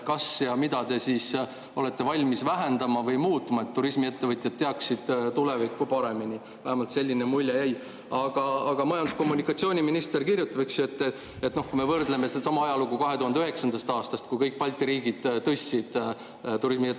kas ja mida te olete valmis vähendama või muutma, et turismiettevõtjad teaksid tulevikku paremini. Vähemalt selline mulje jäi. Aga majandus- ja kommunikatsiooniminister kirjutab, et kui me võrdleme ajalugu 2009. aastast, kui kõik Balti riigid tõstsid turismiettevõtete